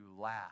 laugh